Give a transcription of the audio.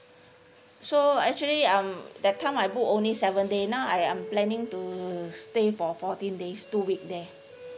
so actually um that time I book only seven day now I I'm planning to stay for fourteen days two week there